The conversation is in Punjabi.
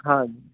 ਹਾਂ